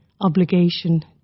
obligation